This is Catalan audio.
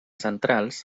centrals